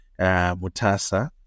Mutasa